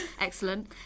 excellent